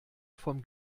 vom